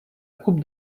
coupe